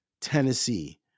Tennessee